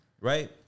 right